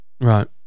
right